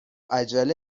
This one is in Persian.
عجله